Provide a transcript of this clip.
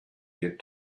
get